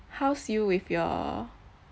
how's you with your